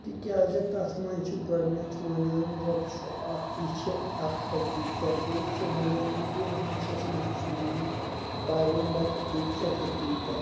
تِکیٛازِ تَتھ منٛز چھِ گۄڈٕنٮ۪تھ وَنان رۄب چھُ اَکھ یہِ چھِ اَکھ حقیٖقت بیٚیہِ چھِ وَنان نبی رحمت صلی اللہ علیہ وسَلم چھُ سون بیغمبَر یہِ تہِ چھےٚ حقیٖقت